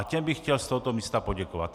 Těm bych chtěl z tohoto místa poděkovat.